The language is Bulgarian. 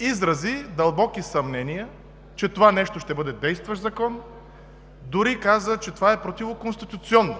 изрази дълбоки съмнения, че това нещо ще бъде действащ закон, дори каза, че е противоконституционно!